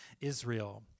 Israel